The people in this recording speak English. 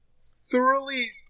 thoroughly